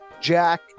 jack